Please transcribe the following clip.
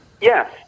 Yes